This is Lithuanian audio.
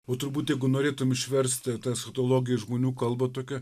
o turbūt jiegu norėtum išversti tą satologiją žmonių kalba tokia